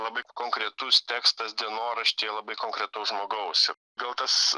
labai konkretus tekstas dienoraščiai labai konkretaus žmogaus gal tas